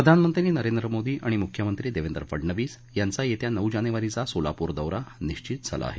प्रधानमंत्री नरेंद्र मोदी आणि मुख्यमंत्री देवेंद्र फडनवीस यांचा येत्या नऊ जानेवारीचा सोलापूर दौरा निशित झाला आहे